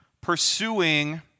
pursuing